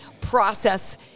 process